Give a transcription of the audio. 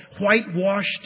whitewashed